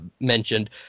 mentioned